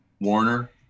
Warner